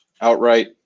outright